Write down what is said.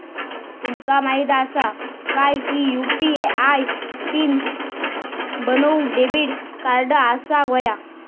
तुमका माहित असा काय की यू.पी.आय पीन बनवूक डेबिट कार्ड असाक व्हयो